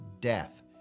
death